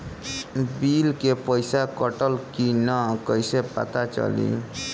Bill के पइसा कटल कि न कइसे पता चलि?